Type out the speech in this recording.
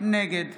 נגד